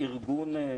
אין נתונים שמראים אחרת.